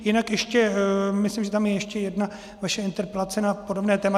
Jinak ještě myslím, že tam je ještě jedna vaše interpelace na podobné téma.